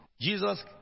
Jesus